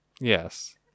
Yes